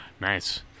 Nice